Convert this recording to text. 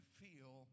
feel